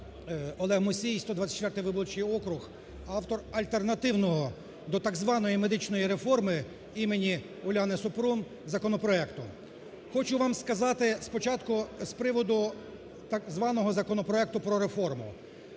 Олег Мусій, 124-й виборчий округ, автор альтернативного до так званої медичної реформи імені Уляни Супрун законопроекту. Хочу вам сказати спочатку з приводу так званого законопроекту про реформу.